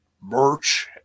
merch